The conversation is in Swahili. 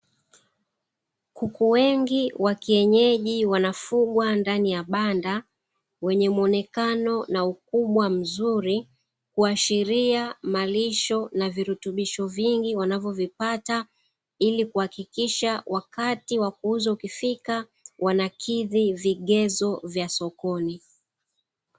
Kuku wengi wa kienyeji wanafugwa ndani ya banda wenye muonekano na ukubwa mzuri kuashiria malisho na virutubisho vingi wanavyovipata ili kuhakikisha wakati wa kuuzwa ukifika wanakidhi vigezo vya sokoni.